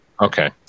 Okay